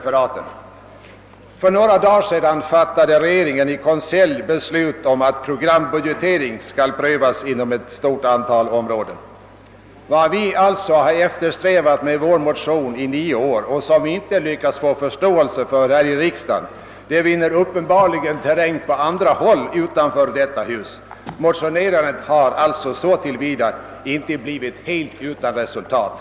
För några dagar sedan fattade regeringen i konselj beslut om att programbudgetering skall prövas inom ett stort antal områden. Vad vi alltså eftersträvat med våra motioner i nio år men inte lyckats få förståelse för här i riksdagen vinner uppenbarligen terräng på andra håll utanför detta hus. Motionerna har följaktligen så till vida inte blivit utan resultat.